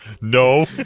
No